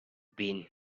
been